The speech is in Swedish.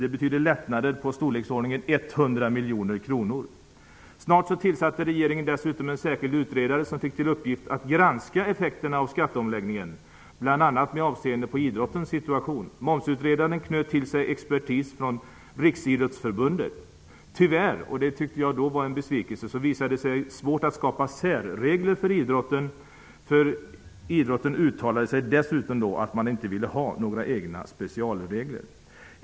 Det betydde lättnader på i storleksordningen 100 miljoner kronor. Snart tillsatte dessutom regeringen en särskild momsutredare som fick till uppgift att granska effekterna av skatteomläggningen, bl.a. med avseende på idrottsrörelsens situation. Momsutredaren knöt till sig expertis från Riksidrottsförbundet. Tyvärr -- och det tyckte jag då var en besvikelse -- visade det sig vara svårt att skapa särregler för idrotten. Idrottsrörelsen uttalade då att man inte ville ha några egna specialregler.